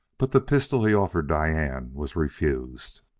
but the pistol he offered diane was refused.